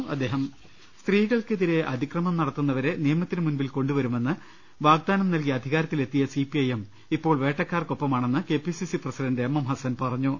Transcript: കല്ലലലലലലലലലലലലല സ്ത്രീകൾക്കെതിരെ അതിക്രമം നടത്തുന്നവരെ നിയ മത്തിന് മുൻപിൽ കൊണ്ടുവരുമെന്ന് വാഗ്ദാനം നൽകി അധികാരത്തിലെത്തിയ സി പി ഐ എം ഇപ്പോൾ വേട്ടക്കാർക്കൊപ്പമാണെന്ന് K P C C president M M Hassan പറഞ്ഞു